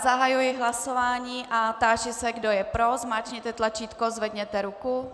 Zahajuji hlasování a táži se, kdo je pro, zmáčkněte tlačítko, zvedněte ruku.